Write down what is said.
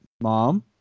mom